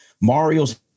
Mario's